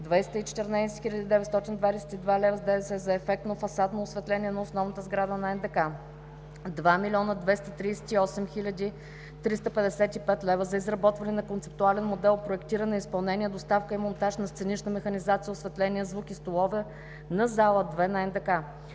лв. с ДДС за ефектно фасадно осветление на основната сграда на НДК; - 2 млн. 238 хил. 355 лв. за изработване на концептуален модел, проектиране, изпълнение, доставка и монтаж на сценична механизация, осветление, звук и столове на Зала 2 на НДК;